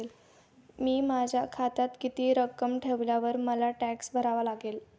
मी माझ्या खात्यात किती रक्कम ठेवल्यावर मला टॅक्स भरावा लागेल?